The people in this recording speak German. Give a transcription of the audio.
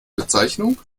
bezeichnung